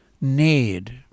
need